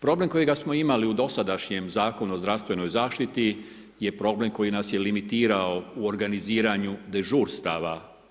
Problem kojega smo imali u dosadašnjem Zakonu o zdravstvenoj zaštiti je problem koji nas je limitirao u organiziranju dežurstava.